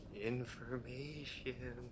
Information